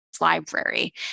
library